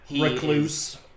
Recluse